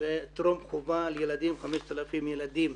וטרום חובה ל-5,000 ילדים,